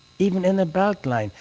even in the beltline,